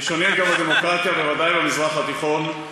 ראשונים בדמוקרטיה בוודאי במזרח התיכון.